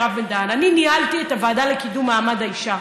הרב בן-דהן: אני ניהלתי את הוועדה לקידום מעמד האישה,